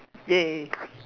!yay!